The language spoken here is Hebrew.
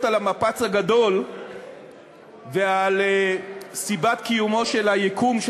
על המפץ הגדול ועל סיבת קיומו של היקום,